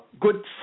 good